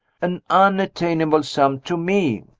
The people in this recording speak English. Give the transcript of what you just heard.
an unattainable sum to me!